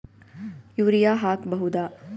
Urea ಹಾಕ್ ಬಹುದ?